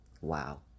Wow